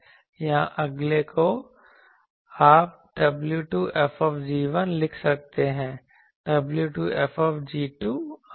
यहाँ अगले को आप w2 F लिख सकते हैं w2 F आदि